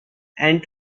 and